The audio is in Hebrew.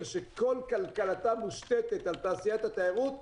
שכל כלכלתה מושתתת על תעשיית התיירות,